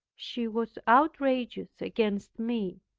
she was outrageous against me.